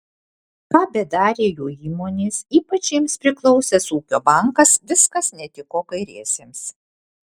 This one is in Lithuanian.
ką bedarė jų įmonės ypač jiems priklausęs ūkio bankas viskas netiko kairiesiems